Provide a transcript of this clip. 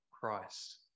christ